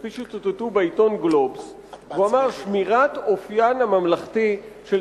כפי שצוטטו בעיתון "גלובס"; הוא אמר: "שמירת אופיין הממלכתי של